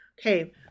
Okay